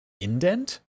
indent